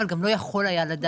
אבל גם לא יכול היה לדעת.